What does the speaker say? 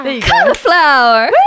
Cauliflower